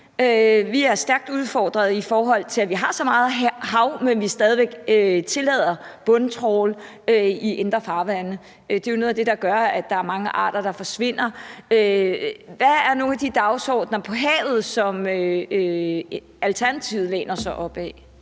Vi er stærkt udfordrede, i forhold til vi har så meget hav, men stadig væk tillader bundtrawl i indre farvande. Det er jo noget af det, der gør, at der er mange arter, der forsvinder. Hvad er nogle af de dagsordener i forhold til havet, som Alternativet læner sig op ad?